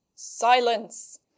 silence